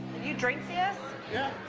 you drink this? yeah.